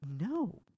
No